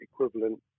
equivalent